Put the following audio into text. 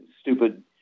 stupid